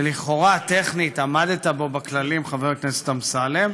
שלכאורה, טכנית, עמדת בו בכללים, חבר הכנסת אמסלם,